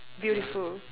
beautiful